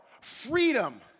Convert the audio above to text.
freedom